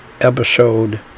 episode